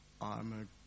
armored